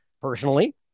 personally